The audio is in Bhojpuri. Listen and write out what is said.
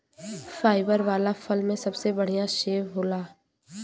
फाइबर वाला फल में सबसे बढ़िया सेव होला